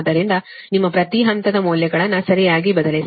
ಆದ್ದರಿಂದ ನಿಮ್ಮ ಪ್ರತಿ ಹಂತದ ಮೌಲ್ಯಗಳನ್ನು ಸರಿಯಾಗಿ ಬದಲಿಸಿ